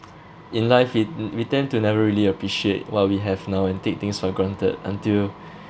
in life it we tend to never really appreciate what we have now and take things for granted until